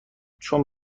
چون